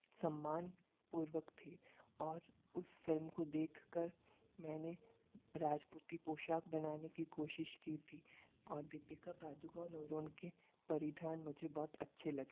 सम्मान पूर्वक थे और उस फिल्म को देखकर मैंने राजपूती पोशाक बनाने की कोशिश की थी और दीपिका पादुकोण और उनके परिधान मुझे बहुत अच्छे लगे